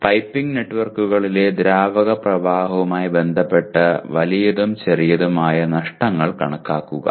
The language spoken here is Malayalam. പൈപ്പിംഗ് നെറ്റ്വർക്കുകളിലെ ദ്രാവക പ്രവാഹവുമായി ബന്ധപ്പെട്ട വലിയതും ചെറുതുമായ നഷ്ടങ്ങൾ കണക്കാക്കുക